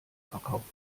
verkaufen